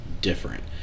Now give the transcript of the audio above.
different